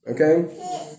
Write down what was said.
okay